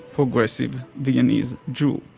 progressive, viennese jew.